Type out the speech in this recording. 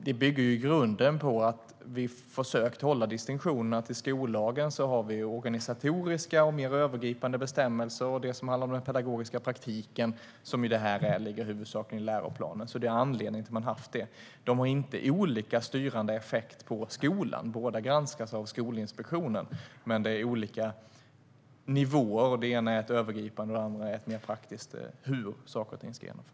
Detta bygger i grunden på att vi har försökt hålla på distinktionen att i skollagen finns organisatoriska och mer övergripande bestämmelser och att det som handlar om den pedagogiska praktiken, som det handlar om här, huvudsakligen finns i läroplanen. Det är anledningen. De har inte olika styrande effekt på skolan - båda granskas av Skolinspektionen - men de är på olika nivåer. Den ena är övergripande, och den andra är mer praktisk i fråga om hur saker och ting ska genomföras.